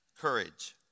courage